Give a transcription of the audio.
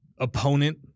opponent